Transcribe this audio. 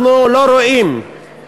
אנחנו לא רואים שיש